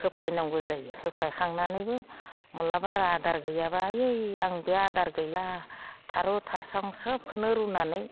होफैनांगौ जायो होफैखांनानैबो माब्लाबा आरो आदार गैयाबा आइयै आं बे आदार गैला थार' थासं सोबखौनो रुनानै